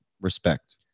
respect